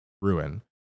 ruin